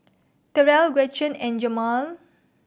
Terell Gretchen and Jemal